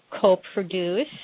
co-produce